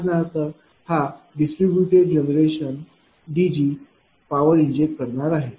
उदाहरणार्थ हा distributed generation DG power inject करणार आहे